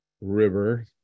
river